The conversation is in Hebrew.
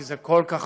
כי זה כל כך